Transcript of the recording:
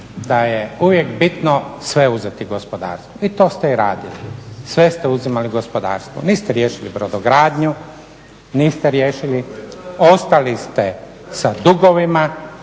da je uvijek bitno sve uzeti gospodarstvu i to ste i radili, sve ste uzimali gospodarstvu, niste riješili brodogradnju, niste riješili, ostali ste sa dugovima